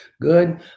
Good